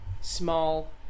small